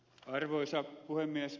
arvoisa puhemies